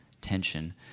tension